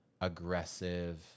aggressive